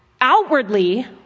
outwardly